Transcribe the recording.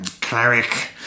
cleric